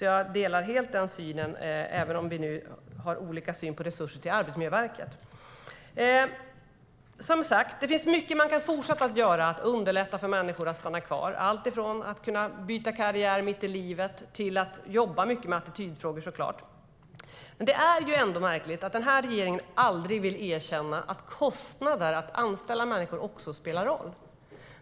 Jag delar helt den synen, även om vi har olika syn på resurser till Arbetsmiljöverket.Det är ändå märkligt att regeringen aldrig vill erkänna att kostnader för att anställa människor också spelar en roll.